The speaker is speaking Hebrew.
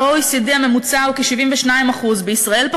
ב-OECD הממוצע הוא כ-72%; בישראל,